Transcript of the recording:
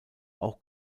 auch